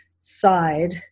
side